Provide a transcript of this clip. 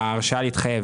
ההרשאה להתחייב